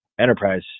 enterprise